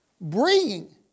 bringing